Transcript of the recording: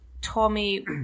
Tommy